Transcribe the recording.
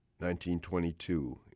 1922